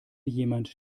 jemand